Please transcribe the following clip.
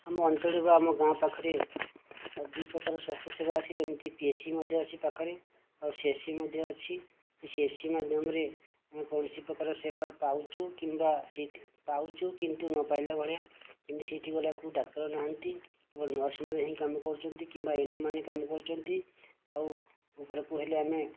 ଆମ ଅଞ୍ଚଳରେ ବା ଆମ ଗାଁ ପାଖରେ ଦୁଇ ପ୍ରକାର ସ୍ଵାସ୍ଥ୍ୟସେବା ଅଛି ଯେମିତି ପିଏସି ମଧ୍ୟ ଅଛି ପାଖରେ ଆଉ ସିଏସି ମଧ୍ୟ ଅଛି ଏଇ ସିଏସି ମାଧ୍ୟମରେ ଆମେ କୌଣସି ପ୍ରକାର ସେବା ପାଉଛୁ କିମ୍ବା ସେଇଠି ପାଉଛୁ କିନ୍ତୁ ନ ପାଇଲା ଭଳିଆ ଏମିତି ସେଇଠିକି ଗଲାକୁ ଡାକ୍ତର ନାହାନ୍ତି କେବଳ ନର୍ସମାନେ ହିଁ କାମ କରୁଛନ୍ତି କିମ୍ବା ଏଏନଏମମାନେ କାମ କରୁଛନ୍ତି ଆଉ ଉପରକୁ ହେଲେ ଆମେ